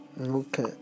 Okay